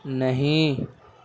نہیں